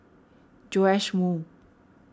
Joash Moo